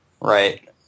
right